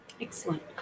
excellent